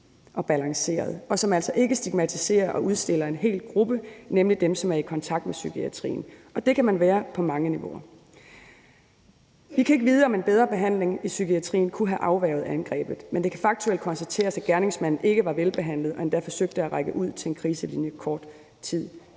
og balanceret, og som altså ikke stigmatiserer og udstiller en hel gruppe, nemlig dem, som er i kontakt med psykiatrien, og det kan man være på mange niveauer. Vi kan ikke vide, om en bedre behandling i psykiatrien kunne have afværget angrebet, men det kan faktuelt konstateres, at gerningsmanden ikke var velbehandlet og endda forsøgte at række ud til en kriselinje kort tid